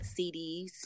CDs